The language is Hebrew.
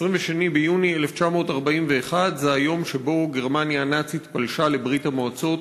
22 ביוני 1941 זה היום שבו גרמניה הנאצית פלשה לברית-המועצות,